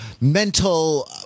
mental